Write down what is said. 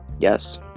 yes